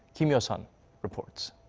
kim hyo-sun reports.